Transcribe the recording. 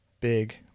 big